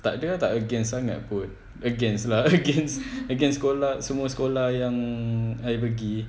takde tak against sangat pun against ah against against sekolah semua sekolah yang I pergi